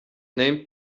named